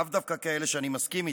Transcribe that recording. לאו דווקא כאלה שאני מסכים איתם.